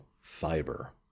fiber